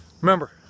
remember